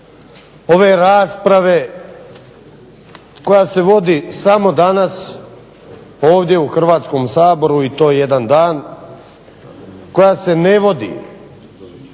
ove rasprave koja se vodi samo danas ovdje u Hrvatskom saboru i to jedan dan, koja se ne vodi